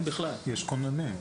יש כוננים.